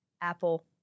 Apple